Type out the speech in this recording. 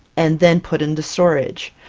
and then put into storage.